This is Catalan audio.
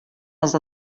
les